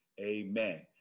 amen